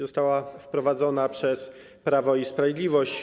Została wprowadzona przez Prawo i Sprawiedliwość.